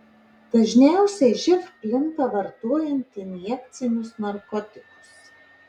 dažniausiai živ plinta vartojant injekcinius narkotikus